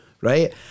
right